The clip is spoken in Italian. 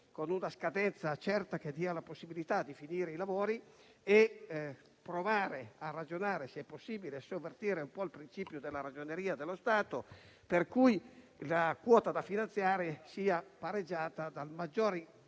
con una scadenza certa che dia la possibilità di finire i lavori e provare a ragionare, se possibile, e sovvertire un po' il principio della Ragioneria dello Stato per cui la quota da finanziare sia pareggiata dai maggiori